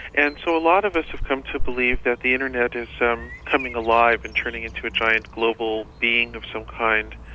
and so a lot of us have come to believe that the internet is coming alive and turning into a giant global being of some kind,